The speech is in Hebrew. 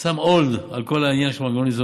שם hold על כל העניין של מנגנון האיזון.